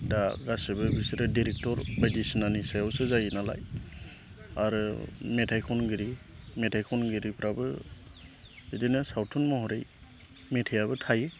दा गासैबो बिसोरो डाइरेक्टर बायदिसिनानि सायावसो जायो नालाय आरो मेथाइ खनगिरि खनगिरिफ्राबो बिदिनो सावथुन महरै मेथाइआबो थायो